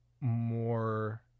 more